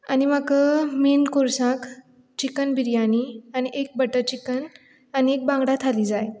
आनी म्हाका मेन कोर्साक चिकन बिर्याणी आनी एक बटर चिकन आनी एक बांगडा थाली जाय